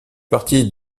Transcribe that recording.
partie